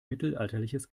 mittelalterliches